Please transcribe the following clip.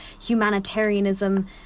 humanitarianism